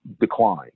decline